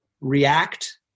react